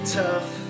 tough